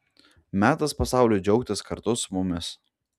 metas pasauliui džiaugtis kartu su mumis